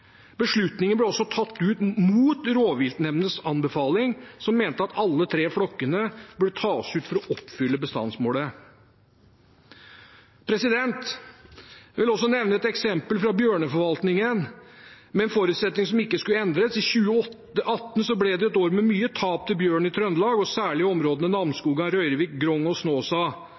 Beslutningen ble også tatt mot anbefalingen fra rovviltnemndene, som mente at alle de tre flokkene burde tas ut, for å oppfylle bestandsmålet. Jeg vil også nevne et eksempel fra bjørneforvaltningen, med en forutsetning som ikke skulle endres. 2018 ble et år med mye tap til bjørn i Trøndelag, særlig i områdene Namsskogan, Rørvik, Grong og Snåsa.